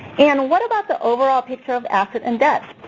and what about the overall picture of assets and debt?